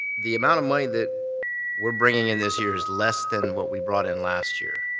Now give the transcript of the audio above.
the amount of money that we're bringing in this year is less than what we brought in last year,